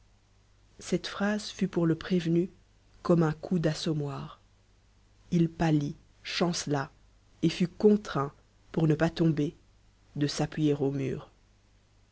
cette phrase fut pour le prévenu comme un coup d'assommoir il pâlit chancela et fut contraint pour ne pas tomber de s'appuyer au mur